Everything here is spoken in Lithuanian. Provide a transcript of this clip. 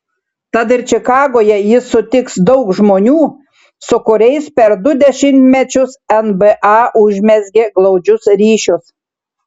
tad ir čikagoje jis sutiks daug žmonių su kuriais per du dešimtmečius nba užmezgė glaudžius ryšius